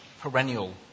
perennial